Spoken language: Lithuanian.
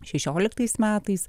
šešioliktais metais